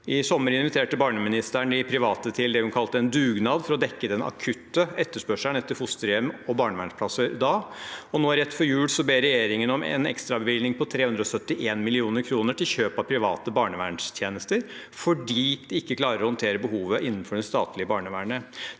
I sommer inviterte barneministeren de private til det hun kalte en dugnad for å dekke den akutte etterspørselen etter fosterhjem og barnevernsplasser, og nå rett før jul ber regjeringen om en ekstrabevilgning på 371 mill. kr til kjøp av private barnevernstjenester fordi de ikke klarer å håndtere behovet innenfor det statlige barnevernet.